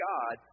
God